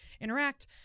interact